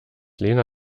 lena